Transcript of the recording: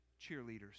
cheerleaders